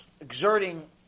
exerting